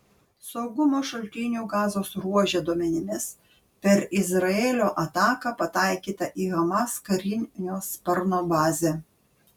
saugumo šaltinių gazos ruože duomenimis per izraelio ataką pataikyta į hamas karinio sparno bazę